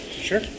Sure